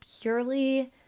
purely